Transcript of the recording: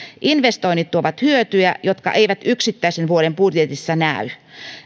investoinnit tuovat hyötyjä jotka eivät yksittäisen vuoden budjetissa näy